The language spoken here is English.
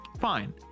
Fine